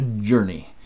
Journey